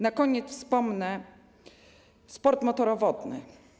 Na koniec wspomnę sport motorowodny.